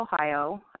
Ohio